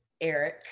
Eric